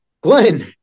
glenn